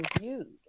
reviewed